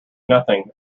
nothing